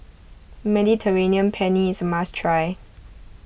Mediterranean Penne is must try